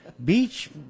Beach